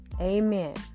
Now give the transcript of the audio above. Amen